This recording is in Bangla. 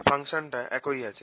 ফাংশনটা একই আছে